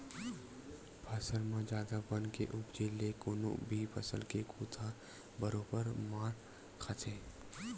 फसल म जादा बन के उपजे ले कोनो भी फसल के कुत ह बरोबर मार खाथे